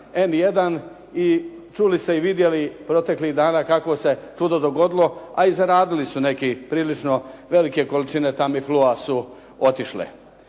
N1 i čuli ste i vidjeli proteklih dana kakvo se čudo dogodilo a i zaradili su neki, prilično velike količine Tamiflua su otišle.